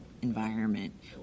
Environment